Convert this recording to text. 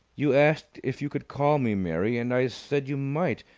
you asked if you could call me mary, and i said you might,